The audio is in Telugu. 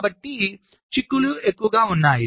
కాబట్టి చిక్కులు ఉన్నాయి